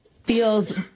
feels